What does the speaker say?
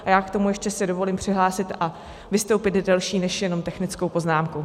A já k tomu ještě se dovolím přihlásit a vystoupit s delší než jenom technickou poznámkou.